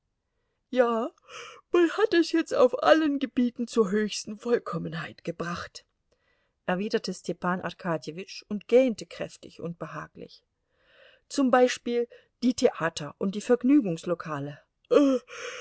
ja man hat es jetzt auf allen gebieten zur höchsten vollkommenheit gebracht erwiderte stepan arkadjewitsch und gähnte kräftig und behaglich zum beispiel die theater und die